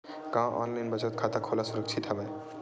का ऑनलाइन बचत खाता खोला सुरक्षित हवय?